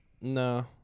No